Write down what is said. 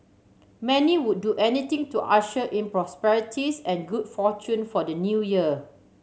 many would do anything to usher in prosperities and good fortune for the New Year